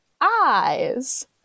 eyes